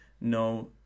no